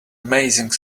amazing